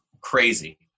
crazy